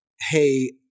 hey